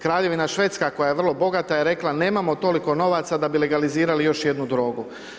Kraljevina Švedska koja je vrlo bogata je rekla, nemamo toliko novaca da bi legalizirali još jednu drogu.